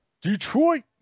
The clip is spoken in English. Detroit